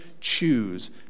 choose